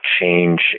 change